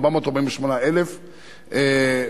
448,000